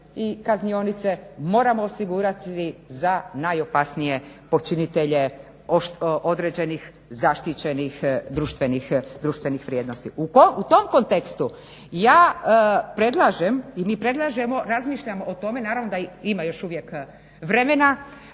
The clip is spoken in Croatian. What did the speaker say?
i kaznionice moramo osigurati za najopasnije počinitelje određenih zaštićenih društvenih vrijednosti. U tom kontekstu ja predlažem i mi predlažemo, razmišljamo o tome, naravno da ima još uvijek vremena